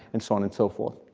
and so on and so forth.